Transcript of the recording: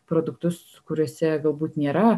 produktus kuriuose galbūt nėra